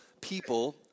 people